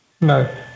No